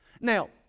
Now